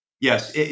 Yes